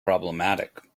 problematic